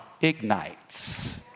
ignites